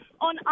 on